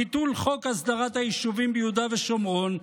ביטול חוק הסדרת היישובים ביהודה ושומרון,